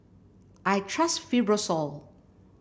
I trust Fibrosol